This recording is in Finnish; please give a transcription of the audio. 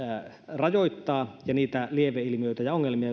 rajoittaa ja siitä syntyviä lieveilmiöitä ja ongelmia